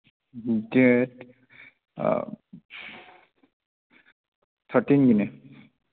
date ꯊꯥꯔꯇꯤꯟꯒꯤꯅꯦ